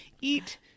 eat